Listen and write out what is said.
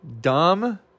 dumb